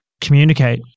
communicate